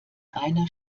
einer